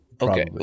Okay